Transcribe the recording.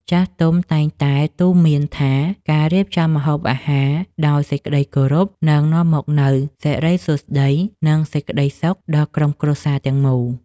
ចាស់ទុំតែងតែទូន្មានថាការរៀបចំម្ហូបអាហារដោយសេចក្តីគោរពនឹងនាំមកនូវសិរីសួស្តី និងសេចក្តីសុខដល់ក្រុមគ្រួសារទាំងមូល។